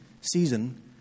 season